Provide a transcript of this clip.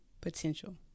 potential